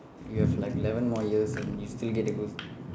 you have like eleven more years and you still get to go